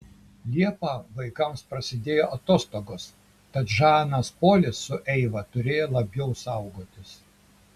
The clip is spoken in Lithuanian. liepą vaikams prasidėjo atostogos tad žanas polis su eiva turėjo labiau saugotis